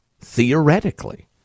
theoretically